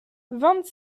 vingt